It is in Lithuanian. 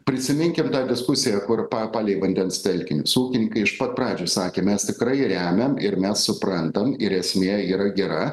prisiminkime diskusiją kur pa palei vandens telkinį su ūkininkais iš pat pradžių sakė mes tikrai remiam ir mes suprantam ir esmė yra gera